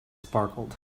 sparkled